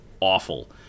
awful